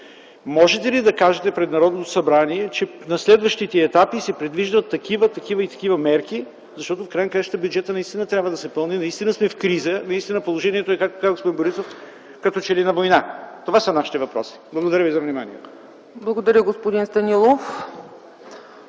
Можете ли да кажете пред Народното събрание, че на следващи етапи се предвиждат такива, такива и такива мерки, защото, в края на краищата, бюджетът наистина трябва да се пълни. Наистина сме в криза, наистина положението, както казва господин Борисов, „е като че ли на война”. Това са нашите въпроси. Благодаря ви за вниманието.